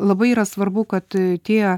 labai yra svarbu kad tie